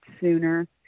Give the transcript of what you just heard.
sooner